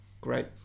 Great